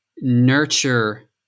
nurture